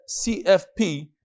CFP